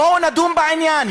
בואו נדון בעניין,